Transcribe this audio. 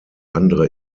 andere